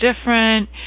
different